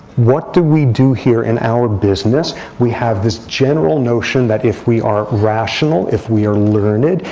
what do we do here in our business? we have this general notion that if we are rational, if we are learned,